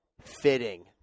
Fitting